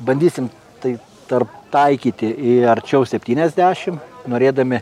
bandysim tai tarp taikyti į arčiau septyniasdešimt norėdami